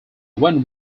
when